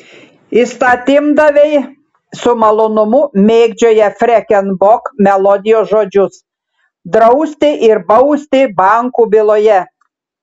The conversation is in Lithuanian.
įstatymdaviai su malonumu mėgdžioja freken bok melodijos žodžius drausti ir bausti bankų byloje